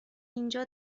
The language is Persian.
اینجا